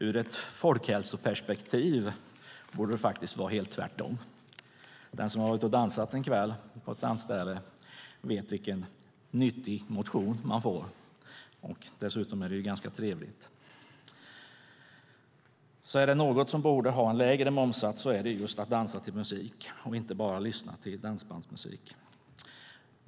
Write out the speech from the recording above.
Ur ett folkhälsoperspektiv borde det faktiskt vara helt tvärtom - den som har varit och dansat en kväll på ett dansställe vet vilken nyttig motion man får. Dessutom är det ganska trevligt. Är det något som borde ha en lägre momssats är det alltså just att dansa till musik och inte bara lyssna till dansbandsmusik.